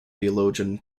theologian